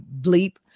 bleep